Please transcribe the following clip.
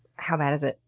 how bad is it?